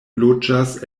loĝas